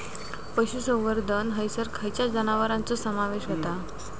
पशुसंवर्धन हैसर खैयच्या जनावरांचो समावेश व्हता?